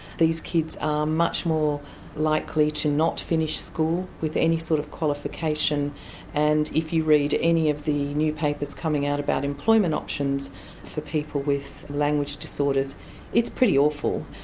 these kids are much more likely to not finish school with any sort of qualification and if you read any of the new papers coming out about employment options for people with language disorders it's pretty awful.